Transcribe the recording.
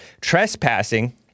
Trespassing